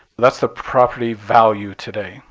that's the property value today,